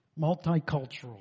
multicultural